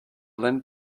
lend